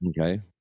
Okay